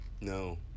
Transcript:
No